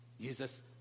Jesus